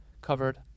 covered